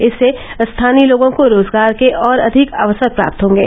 इससे स्थानीय लोगों को रोजगार के और अधिक अवसर प्राप्त होंगे